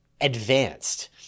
advanced